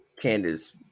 Candace